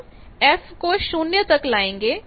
हम f → 0 लगाएंगे